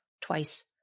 twice